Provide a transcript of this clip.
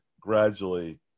gradually